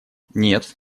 нет